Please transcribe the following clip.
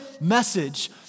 message